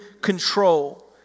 control